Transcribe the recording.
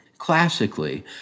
Classically